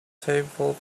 table